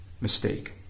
mistake